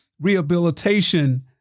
rehabilitation